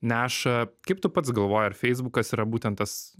neša kaip tu pats galvoji ar feisbukas yra būtent tas